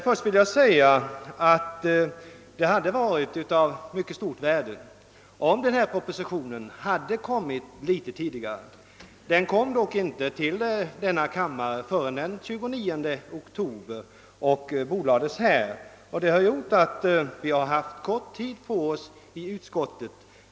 Först vill jag säga att det hade varit av mycket stort värde om propositionen avlämnats något tidigare; den remitterades till lagutskott den 29 oktober. Därför har vi haft kort tid på oss i utskottet.